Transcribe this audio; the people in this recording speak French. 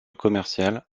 commercial